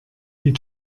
die